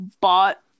bought